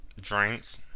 drinks